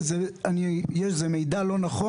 אז זה מידע לא נכון?